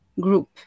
group